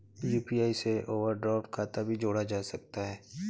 UPI से overdraft खाता भी जोड़ा जा सकता है